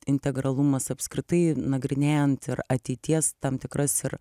integralumas apskritai nagrinėjant ir ateities tam tikras ir